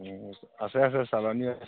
আছে আছে চালনি আছে